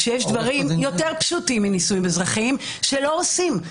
שיש דברים יותר פשוטים מנישואים אזרחיים שלא עושים,